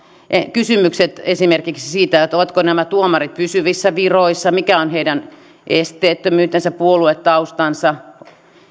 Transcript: kysymykset esimerkiksi siitä ovatko nämä tuomarit pysyvissä viroissa mikä on heidän esteettömyytensä puoluetaustansa